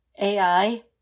AI